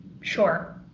Sure